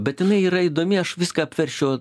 bet jinai yra įdomi aš viską apverčiau